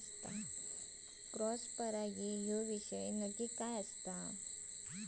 Cross परागी ह्यो विषय नक्की काय?